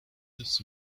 this